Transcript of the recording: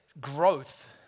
growth